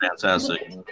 Fantastic